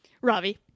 Ravi